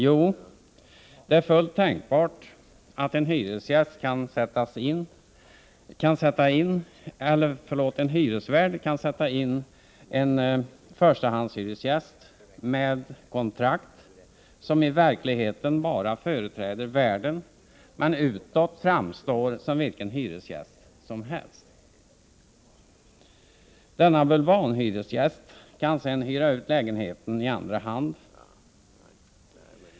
Jo, det är fullt tänkbart att en hyresvärd kan sätta in en förstahandshyresgäst med kontrakt som i verkligheten bara företräder värden men utåt framstår som vilken hyresgäst som helst. Denna bulvanhyresgäst kan sedan hyra ut lägenheten i andra hand.